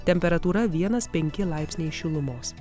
temperatūra vienas penki laipsniai šilumos